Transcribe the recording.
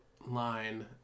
line